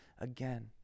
again